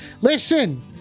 Listen